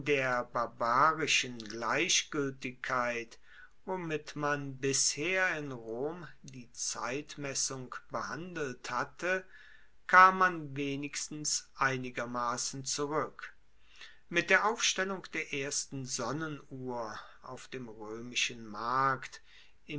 der barbarischen gleichgueltigkeit womit man bisher in rom die zeitmessung behandelt hatte kam man wenigstens einigermassen zurueck mit der aufstellung der ersten sonnenuhr auf dem roemischen markt